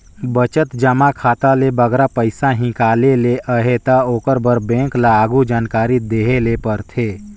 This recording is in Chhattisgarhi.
बचत जमा खाता ले बगरा पइसा हिंकाले ले अहे ता ओकर बर बेंक ल आघु जानकारी देहे ले परथे